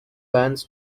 bands